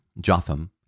Jotham